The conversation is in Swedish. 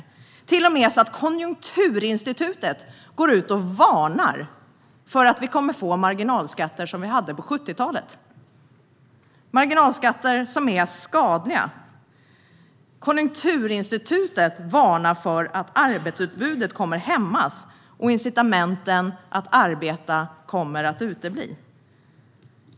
Det är till och med så att Konjunkturinstitutet går ut och varnar för att vi kommer att få marginalskatter som på 70-talet, marginalskatter som är skadliga. Konjunkturinstitutet varnar för att arbetsutbudet kommer att hämmas och incitamenten för att arbeta utebli.